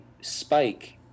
spike